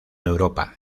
europa